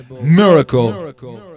miracle